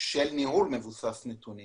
של ניהול מבוסס נתונים,